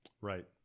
Right